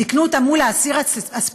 תיקנו אותו מול האסיר הספציפי,